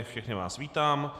Všechny vás vítám.